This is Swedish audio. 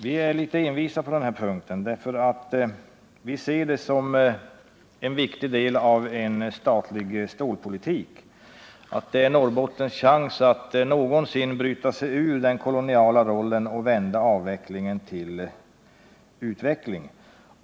Vi är envisa på denna punkt, eftersom vi ser det som en viktig del i en statlig stålpolitik. Det är Norrbottens chans att någonsin bryta sig ur den koloniala rollen och vända avvecklingen till utveckling.